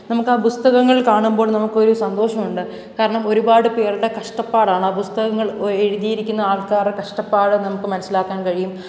നമുക്ക് ആ പുസ്തകങ്ങൾ കാണുമ്പോൾ നമുക്ക് ഒരു സന്തോഷമുണ്ട് കാരണം ഒരുപാട് പേരുടെ കഷ്ടപ്പാടാണ് ആ പുസ്തകങ്ങൾ എഴുതിയിരിക്കുന്ന ആൾക്കാരുടെ കഷ്ടപ്പാട് നമുക്ക് മനസ്സിലാക്കാൻ കഴിയും